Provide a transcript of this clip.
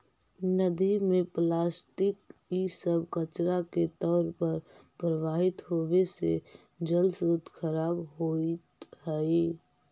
नदि में प्लास्टिक इ सब कचड़ा के तौर पर प्रवाहित होवे से जलस्रोत खराब होइत हई